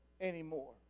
anymore